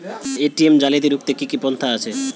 ATM জালিয়াতি রুখতে কি কি পন্থা আছে?